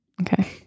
Okay